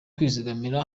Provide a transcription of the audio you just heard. kwizigamira